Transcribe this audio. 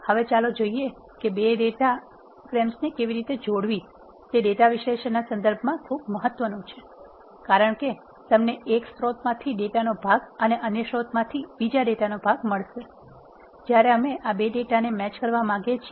હવે ચાલો જોઈએ કે 2 ડેટા ફ્રેમ્સ ને કેવી રીતે જોડવી તે ડેટા વિશ્લેષણના સંદર્ભમાં ખૂબ મહત્વનું છે કારણ કે તમને એક સ્રોતમાંથી ડેટાનો ભાગ અને અન્ય સ્રોતમાંથી બીજા ડેટાનો ભાગ મળશે જ્યારે અમે આ 2 ડેટાને મેચ કરવા માંગીએ છીએ